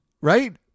right